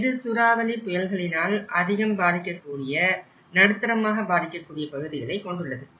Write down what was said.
இது சூறாவளி புயல்களினால் அதிகம் பாதிக்ககூடிய நடுத்தரமாக பாதிக்கக்கூடிய பகுதிகளை கொண்டுள்ளது